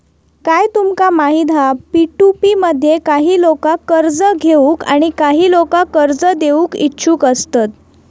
काय तुमका माहित हा पी.टू.पी मध्ये काही लोका कर्ज घेऊक आणि काही लोका कर्ज देऊक इच्छुक असतत